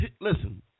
listen